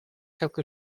quelque